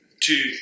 two